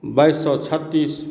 बाइस सए छत्तीस